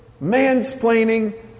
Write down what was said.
mansplaining